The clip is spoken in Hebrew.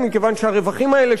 מכיוון שהרווחים האלה,